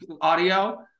audio